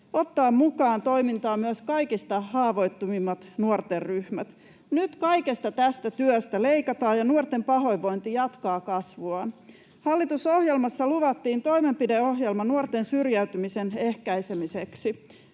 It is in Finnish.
ottaa mukaan toimintaan myös kaikista haavoittuvimmat nuorten ryhmät. Nyt kaikesta tästä työstä leikataan, ja nuorten pahoinvointi jatkaa kasvuaan. Hallitusohjelmassa luvattiin toimenpideohjelma nuorten syrjäytymisen ehkäisemiseksi.